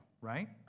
right